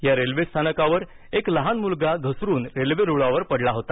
या रेल्वेस्थानकावर एक लहान मुलगा घसरून रेल्वे रुळावर पडला होता